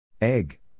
Egg